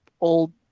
old